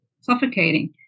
suffocating